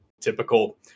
typical